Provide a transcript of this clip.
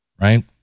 right